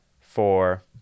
four